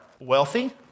wealthy